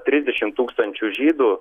trisdešim tūkstančių žydų